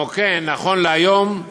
כמו כן, נכון להיום,